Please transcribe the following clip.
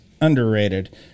underrated